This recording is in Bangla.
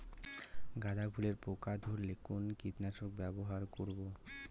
গাদা ফুলে পোকা ধরলে কোন কীটনাশক ব্যবহার করব?